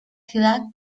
ciudad